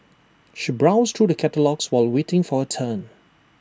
she browsed through the catalogues while waiting for her turn